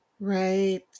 Right